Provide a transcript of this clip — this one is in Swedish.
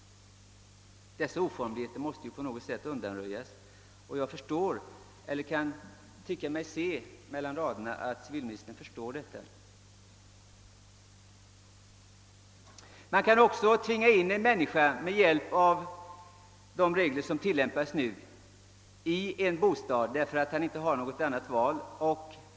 Dessa oformigheter måste undanröjas, och jag tycker mig mellan raderna i svaret kunna utläsa att civilministern förstår detta. Man kan också genom de regler som nu gäller tvinga en person ta en bostad, därför att vederbörande inte har något annat val.